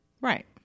Right